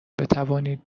بتوانید